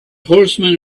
horseman